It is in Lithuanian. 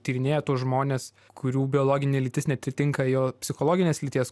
tyrinėja tuos žmones kurių biologinė lytis neatitinka jo psichologinės lyties